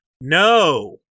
No